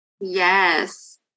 Yes